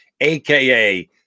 AKA